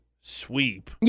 sweep